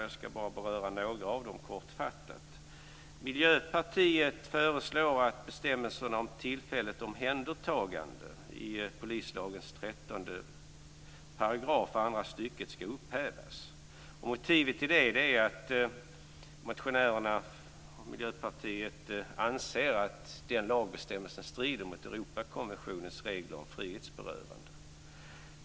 Jag skall bara kortfattat beröra några av dem. Miljöpartiet föreslår att bestämmelserna om tillfälligt omhändertagande i polislagens 13 § 2 stycket skall upphävas. Motivet till det är att motionärerna och Miljöpartiet anser att den lagbestämmelsen strider mot Europakonventionens regler om frihetsberövande.